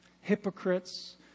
hypocrites